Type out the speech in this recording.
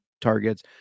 targets